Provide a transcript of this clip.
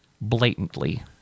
blatantly